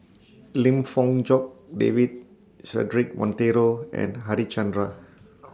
Lim Fong Jock David Cedric Monteiro and Harichandra